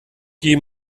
qui